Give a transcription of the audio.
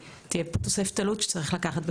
ותהיה פה תוספת עלות שצריך יהיה לקחת אותה